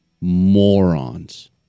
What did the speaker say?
morons